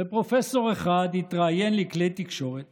ופרופסור אחד יתראיין לכלי תקשורת